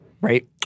right